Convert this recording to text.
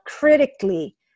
critically